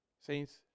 Saints